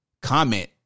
comment